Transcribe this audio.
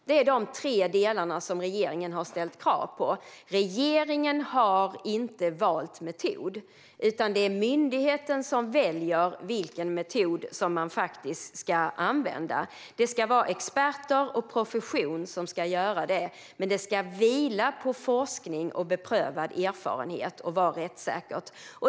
Det är de tre delar som regeringen har ställt krav på. Regeringen har inte valt metod, utan det är myndigheten som väljer vilken metod som man ska använda. Det ska vara experter och profession som gör det, men det hela ska vila på forskning och beprövad erfarenhet och vara rättssäkert.